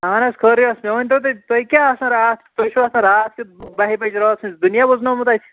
اَہَن حظ خٲرٕے اوس مےٚ ؤنۍتَو تُہۍ تُہۍ کیٛاہ آسان راتھ تُہۍ چھُو آسان راتھ کیُت بَہہ بَجہِ رٲژ ہٕنٛز دُنیا وُزنومُت اَتہِ